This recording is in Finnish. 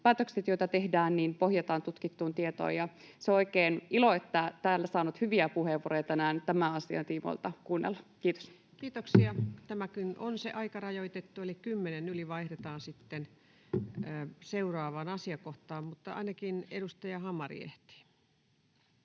päätökset, joita tehdään, pohjataan tutkittuun tietoon. Se on oikein ilo, että täällä on saanut hyviä puheenvuoroja tänään tämän asian tiimoilta kuunnella. — Kiitos. Kiitoksia. — Tämäkin keskustelu on aikarajoitettu, eli kymmentä yli vaihdetaan sitten seuraavaan asiakohtaan. — Ainakin edustaja Hamari ehtii.